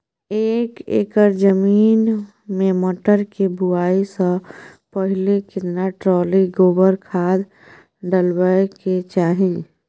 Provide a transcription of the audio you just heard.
एक एकर जमीन में मटर के बुआई स पहिले केतना ट्रॉली गोबर खाद डालबै के चाही?